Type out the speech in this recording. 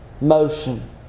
Motion